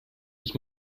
ich